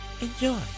Enjoy